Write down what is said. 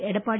Edappadi